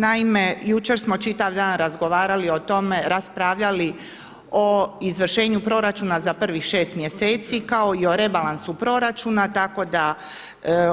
Naime, jučer smo čitav dan razgovarali o tome, raspravljali o izvršenju proračuna za prvih šest mjeseci kao i o rebalansu proračuna, tako da